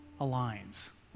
aligns